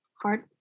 hard